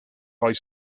high